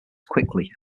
quickly